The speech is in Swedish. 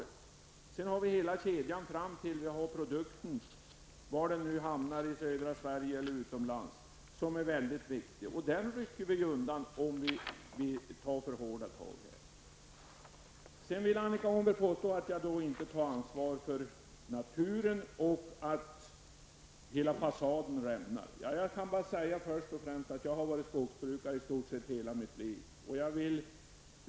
Hela denna kedja är väldigt viktig fram till slutprodukten, var den nu hamnar någonstans, i södra Sverige eller utomlands. Denna kedja brister om man tar för hårda tag. Annika Åhnberg påstod att jag inte tar ansvar för naturen och att hela fasaden rämnar. Först och främst vill jag säga att jag har varit skogsbrukare i stort sett i hela mitt liv.